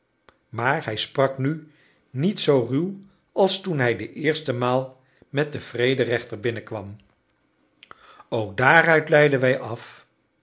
maar hij sprak nu niet zoo ruw als toen hij de eerste maal met den vrederechter binnenkwam ook daaruit leidden wij af